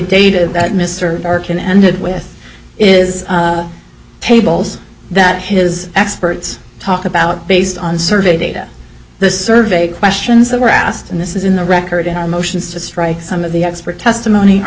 data that mr arkin ended with is tables that his experts talk about based on survey data the survey questions that were asked and this is in the record in our motions to strike some of the expert testimony o